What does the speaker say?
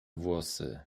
włosy